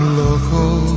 local